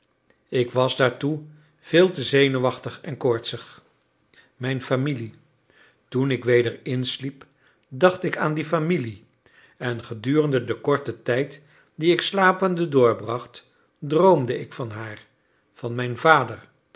ik was daartoe veel te zenuwachtig en koortsig mijn familie toen ik weder insliep dacht ik aan die familie en gedurende den korten tijd dien ik slapende doorbracht droomde ik van haar van mijn vader